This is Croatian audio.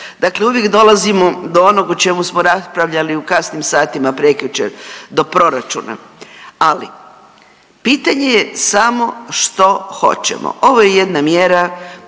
Dakle, uvijek dolazimo do onog o čemu smo raspravljali u kasnim satima prekjučer, do proračuna, ali pitanje je samo što hoćemo. Ovo je mjera